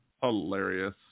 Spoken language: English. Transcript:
Hilarious